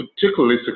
particularly